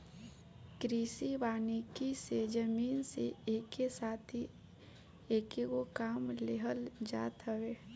कृषि वानिकी से जमीन से एके साथ कएगो काम लेहल जात हवे